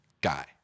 guy